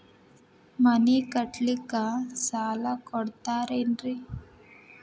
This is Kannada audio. ಮನಿ ಕಟ್ಲಿಕ್ಕ ಸಾಲ ಕೊಡ್ತಾರೇನ್ರಿ?